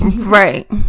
right